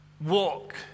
walk